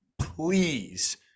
please